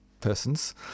Persons